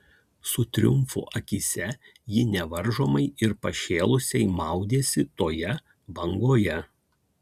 su triumfu akyse ji nevaržomai ir pašėlusiai maudėsi toje bangoje